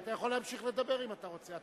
אתה יכול להמשיך לדבר אם אתה רוצה.